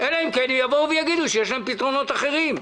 אלא אם כן יגידו שיש להם פתרונות אחרים.